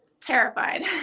terrified